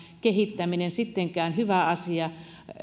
kehittäminen sittenkään hyvä asia